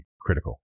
critical